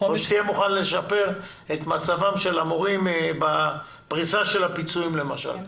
או שתהיה מוכן לשפר את מצבם של המורים בפריסה של הפיצויים למשל.